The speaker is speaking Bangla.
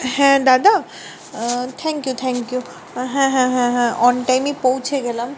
হ্যাঁ দাদা থ্যাংক ইউ থ্যাংক ইউ হ্যাঁ হ্যাঁ হ্যাঁ হ্যাঁ অনটাইমেই পৌঁছে গেলাম